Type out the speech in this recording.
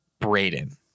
Braden